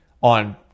on